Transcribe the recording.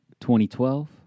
2012